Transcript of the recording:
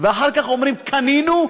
ואחר כך אומרים: קנינו,